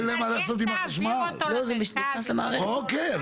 זה מה שנכנס למערכת הארצית.